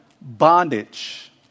bondage